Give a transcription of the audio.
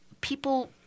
people